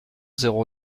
zéro